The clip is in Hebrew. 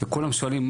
וכולם שואלים,